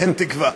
אין תקווה.